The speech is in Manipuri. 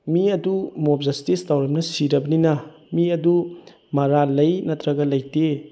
ꯃꯤ ꯑꯗꯨ ꯃꯣꯞ ꯖꯁꯇꯤꯁ ꯇꯧꯔꯕꯅꯤꯅ ꯁꯤꯔꯕꯅꯤꯅ ꯃꯤ ꯑꯗꯨ ꯃꯔꯥꯜ ꯂꯩ ꯅꯠꯇ꯭ꯔꯒ ꯂꯩꯇꯦ